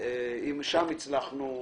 אם שם הצלחנו,